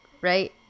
right